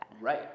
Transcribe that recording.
Right